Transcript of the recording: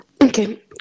Okay